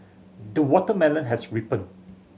the watermelon has ripened